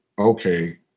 okay